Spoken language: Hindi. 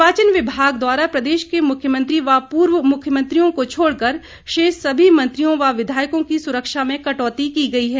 निर्वाचन विभाग द्वारा प्रदेश के मुख्यमंत्री व पूर्व मुख्यमंत्रियों को छोड़कर शेष सभी मंत्रियों व विधायकों की सुरक्षा मे कटौती की गई है